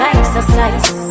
exercise